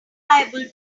liable